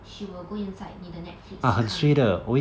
she will go inside 你的 Netflix 看